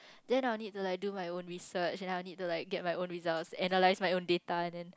then I will need to like do my own research and then I'll need to like get my own results analyse my own data and then